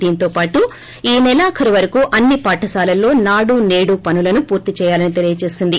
దీంతో పాటు ఈ సెలాఖరు వరకు అన్ని పాఠశాలల్లో నాడు సేడు పనులను పూర్తిచేయాలని తెలిపింది